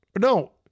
No